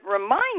remind